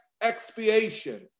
expiation